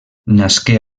nasqué